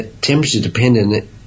temperature-dependent